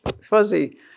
fuzzy